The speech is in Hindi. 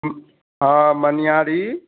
हाँ मनियारी